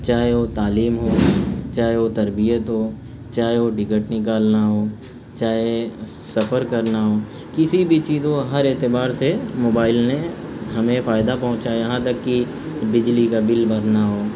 چاہے وہ تعلیم ہو چاہے وہ تربیت ہو چاہے وہ ٹکٹ نکالنا ہو چاہے سفر کرنا ہو کسی بھی چیز ہو ہر اعتبار سے موبائل نے ہمیں فائدہ پہنچایا یہاں تک کہ بجلی کا بل بھرنا ہو